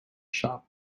shop